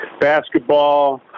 basketball